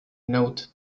note